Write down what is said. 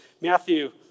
Matthew